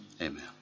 Amen